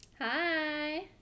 Hi